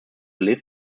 live